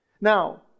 Now